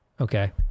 okay